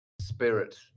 spirit